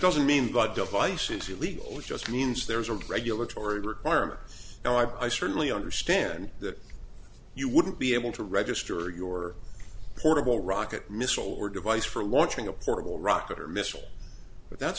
doesn't mean but device should be legal just means there is a regulatory requirement now i certainly understand that you wouldn't be able to register your portable rocket missile or device for launching a portable rocket or missile but that's